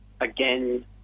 again